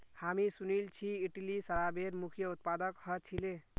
हामी सुनिल छि इटली शराबेर मुख्य उत्पादक ह छिले